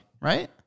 right